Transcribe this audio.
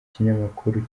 kinyamakuru